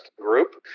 Group